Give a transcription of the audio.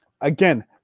Again